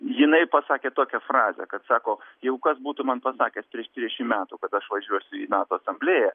jinai pasakė tokią frazę kad sako jeigu kas būtų man pasakęs prieš trisdešim metų kad aš važiuosiu į nato asamblėją